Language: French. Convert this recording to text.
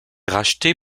rachetée